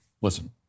listen